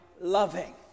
loving